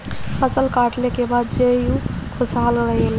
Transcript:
फसल कटले के बाद जीउ खुशहाल रहेला